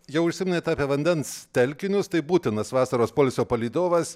jau užsiminėt apie vandens telkinius tai būtinas vasaros poilsio palydovas